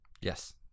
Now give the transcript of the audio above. Yes